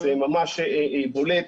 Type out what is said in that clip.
זה ממש בולט.